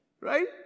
right